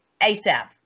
ASAP